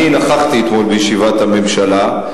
אני נכחתי אתמול בישיבת הממשלה.